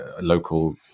local